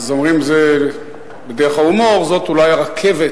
אז אומרים בדרך ההומור: זאת אולי הרכבת